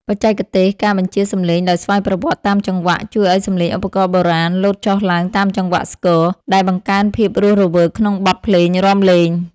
បច្ចេកទេស ការបញ្ជាសំឡេងដោយស្វ័យប្រវត្តិតាមចង្វាក់ ជួយឱ្យសំឡេងឧបករណ៍បុរាណ លោតចុះឡើងតាមចង្វាក់ស្គរ ដែលបង្កើនភាពរស់រវើកក្នុងបទភ្លេងរាំលេង។